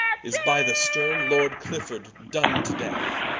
is by the sterne lord clifford done to death